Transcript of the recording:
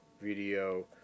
Video